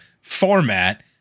format